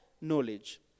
knowledge